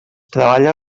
treballa